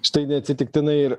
štai neatsitiktinai ir